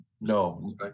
No